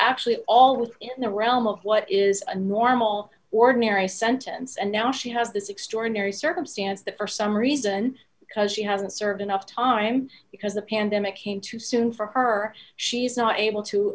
actually all within the realm of what is a normal ordinary sentence and now she has this extraordinary circumstance that for some reason because she hasn't served enough time because the pandemic came too soon for her she's not able to